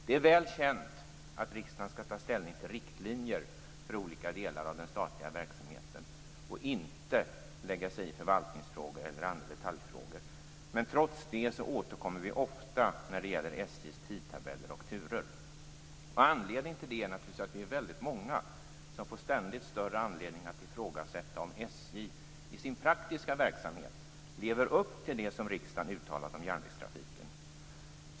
Det är väl känt att riksdagen skall ta ställning till riktlinjer för olika delar av den statliga verksamheten och inte lägga sig i förvaltningsfrågor eller andra detaljfrågor. Trots detta återkommer vi ofta när det gäller SJ:s tidtabeller och turer. Anledningen till detta är naturligtvis att vi är väldigt många som får ständigt större anledning att ifrågasätta om SJ i sin praktiska verksamhet lever upp till det som riksdagen har uttalat om järnvägstrafiken.